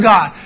God